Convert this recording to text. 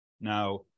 now